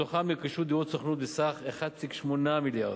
מתוכם נרכשו דירות סוכנות בסך 1.8 מיליארדים,